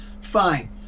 fine